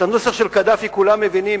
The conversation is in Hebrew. את הנוסח של קדאפי כולם מבינים,